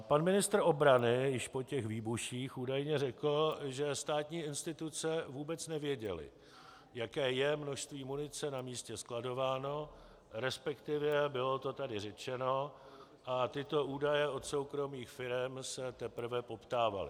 Pan ministr obrany již po těch výbuších údajně řekl, že státní instituce vůbec nevěděly, jaké je množství munice na místě skladováno, resp. bylo to tady řečeno, a tyto údaje od soukromých firem se teprve poptávaly.